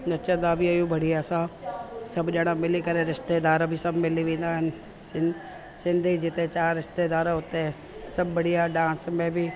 नचंदा बि आहियूं बढ़िया सां सभु ॼणा मिली करे रिश्तेदार बि सभु मिली वेंदा आहिनि सिन सिंधी जिते चारि रिश्तेदार हुते सभु बढ़िया डांस में बि